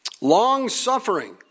Long-suffering